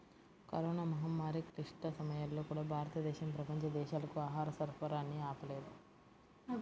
corona మహమ్మారి క్లిష్ట సమయాల్లో కూడా, భారతదేశం ప్రపంచ దేశాలకు ఆహార సరఫరాని ఆపలేదు